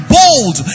bold